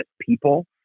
people